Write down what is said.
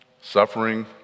suffering